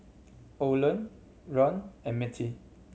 Orland Rand and Mettie